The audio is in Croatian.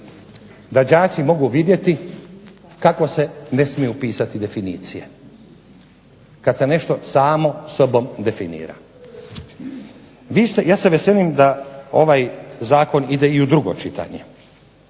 da đaci mogu vidjeti kako se ne smiju pisati definicije, kada se nešto samo sobom definira. Ja se veselim da ovaj zakon ide u drugo čitanje